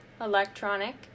electronic